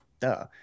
Duh